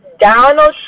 Donald